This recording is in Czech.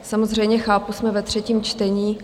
Samozřejmě chápu, jsme ve třetím čtení.